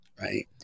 right